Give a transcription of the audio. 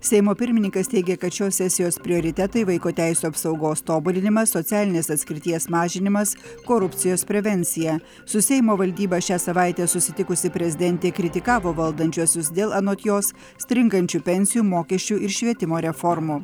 seimo pirmininkas teigė kad šios sesijos prioritetai vaiko teisių apsaugos tobulinimas socialinės atskirties mažinimas korupcijos prevencija su seimo valdyba šią savaitę susitikusi prezidentė kritikavo valdančiuosius dėl anot jos stringančių pensijų mokesčių ir švietimo reformų